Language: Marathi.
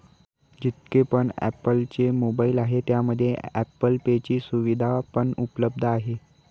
जितके पण ॲप्पल चे मोबाईल आहे त्यामध्ये ॲप्पल पे ची सुविधा पण उपलब्ध आहे